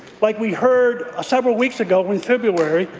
like we heard ah several weeks ago in february,